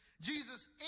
Jesus